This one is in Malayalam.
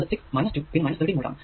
അത് 6 2 പിന്നെ 13 വോൾട് ആണ്